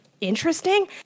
interesting